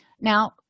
Now